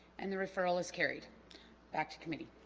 and the referral is carried back to committee